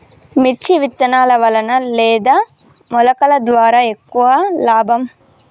మిర్చి విత్తనాల వలన లేదా మొలకల ద్వారా ఎక్కువ లాభం?